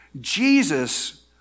Jesus